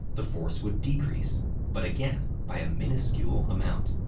the force would decrease but again, by a minuscule amount.